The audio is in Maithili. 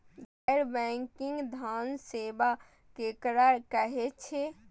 गैर बैंकिंग धान सेवा केकरा कहे छे?